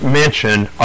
mentioned